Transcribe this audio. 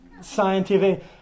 scientific